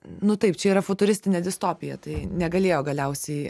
nu taip čia yra futuristinė distopija tai negalėjo galiausiai